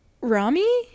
rami